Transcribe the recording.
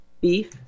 beef